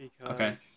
Okay